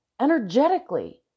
energetically